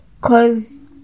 Cause